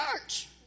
church